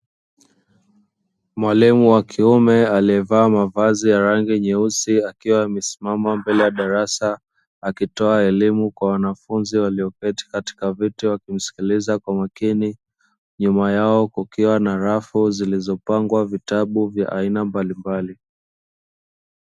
Mwalimu wa kiume aliyevaa mavazi ya rangi nyeusi akiwa amesimama mbele ya darasa akitoa elimu kwa wanafunzi, walioketi katika viti wakimsikiliza kwa makini nyuma yao kukiwa na rafu zilizopangwa vitabu vya aina mbalimbali.